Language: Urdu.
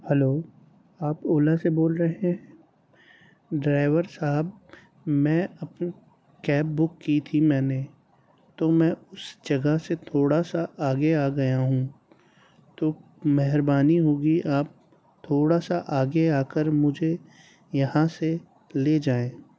ہلو آپ اولا سے بول رہے ہیں ڈرائیور صاحب میں اپنے کیب بک کی تھی میں نے تو میں اس جگہ سے تھوڑا سا آگے آ گیا ہوں تو مہربانی ہوگی آپ تھوڑا سا آگے آ کر مجھے یہاں سے لے جائیں